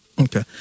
Okay